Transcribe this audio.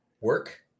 work